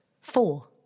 Four